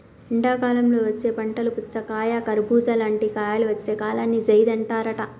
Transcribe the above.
ఎండాకాలంలో వచ్చే పంటలు పుచ్చకాయ కర్బుజా లాంటి కాయలు వచ్చే కాలాన్ని జైద్ అంటారట